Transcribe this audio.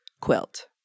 quilt